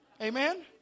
Amen